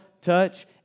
touch